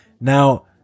Now